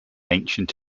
ancient